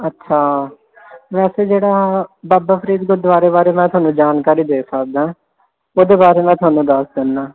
ਅੱਛਾ ਵੈਸੇ ਜਿਹੜਾ ਬਾਬਾ ਫਰੀਦ ਗੁਰਦੁਆਰੇ ਬਾਰੇ ਮੈਂ ਤੁਹਾਨੂੰ ਜਾਣਕਾਰੀ ਦੇ ਸਕਦਾ ਉਹਦੇ ਬਾਰੇ ਮੈਂ ਤੁਹਾਨੂੰ ਦੱਸ ਦਿੰਦਾ